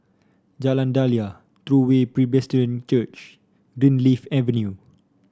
Jalan Daliah True Way Presbyterian Church Greenleaf Avenue